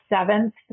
seventh